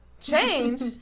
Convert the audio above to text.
change